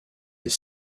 est